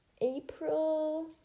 April